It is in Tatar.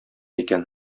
икән